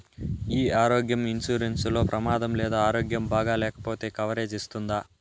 ఈ ఆరోగ్య ఇన్సూరెన్సు లో ప్రమాదం లేదా ఆరోగ్యం బాగాలేకపొతే కవరేజ్ ఇస్తుందా?